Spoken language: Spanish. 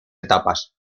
etapas